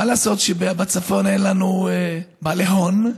מה לעשות שבצפון אין לנו בעלי הון,